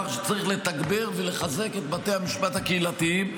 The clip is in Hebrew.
שצריך לתגבר ולחזק את בתי המשפט הקהילתיים,